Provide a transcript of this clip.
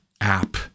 app